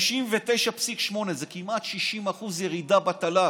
59.8%, זה כמעט 60% ירידה בתל"ג.